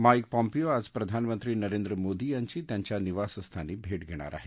mic Pompeo आज प्रधानमंत्री नरेंद्र मोदी यांची त्यांच्या निवासस्थानी भेट घेणार आहेत